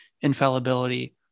infallibility